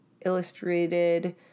illustrated